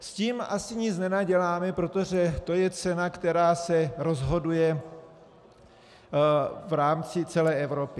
S tím asi nic nenaděláme, protože to je cena, která se rozhoduje v rámci celé Evropy.